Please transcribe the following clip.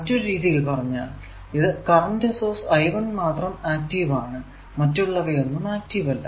മറ്റൊരു രീതിയിൽ പറഞ്ഞാൽ ഇത് ഈ കറന്റ് സോഴ്സ് I1 മാത്രം ആക്റ്റീവ് ആണ് മറ്റുള്ളവയൊന്നും ആക്റ്റീവ് അല്ല